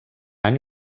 any